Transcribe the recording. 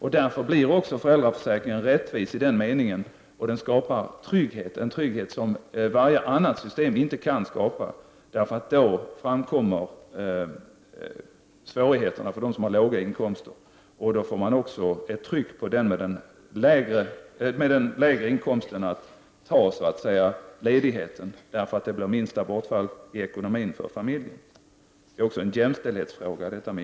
I den meningen är föräldraförsäkringen rättvis att den skapar trygghet, den trygghet som inget annat system skapar. Där framkommer svårigheter för dem som har låga inkomster. Det blir tryck på den med lägre inkomster att ta så att säga ledighet därför att det blir minsta inkomstbortfallet i ekonomin för familjen.